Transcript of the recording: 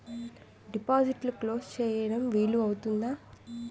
డిపాజిట్లు క్లోజ్ చేయడం వీలు అవుతుందా?